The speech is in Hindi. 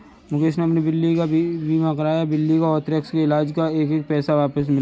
मुकेश ने अपनी बिल्ली का बीमा कराया था, बिल्ली के अन्थ्रेक्स के इलाज़ का एक एक पैसा वापस मिल गया